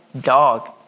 dog